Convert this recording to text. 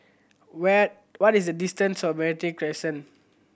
where what is the distance to Meranti Crescent